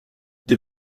des